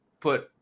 put